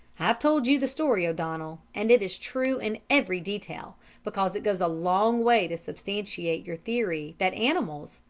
i've told you the story, o'donnell and it is true in every detail because it goes a long way to substantiate your theory that animals,